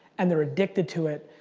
and they're addicted to it.